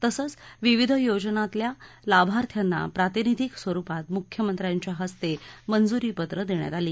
तसच विविध योजनातल्या लाभार्थ्यांना प्रातिनिधिक स्वरूपात मुख्यमंत्र्यांच्या हस्ते मंजूरीपत्र देण्यात आली